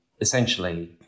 essentially